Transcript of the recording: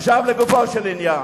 עכשיו, לגופו של עניין,